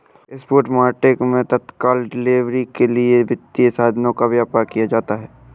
spot market मैं तत्काल delivery के लिए वित्तीय साधनों का व्यापार किया जाता है